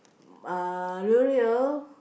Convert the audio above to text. ah L'oreal